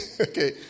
Okay